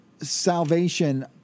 salvation